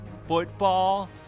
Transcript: Football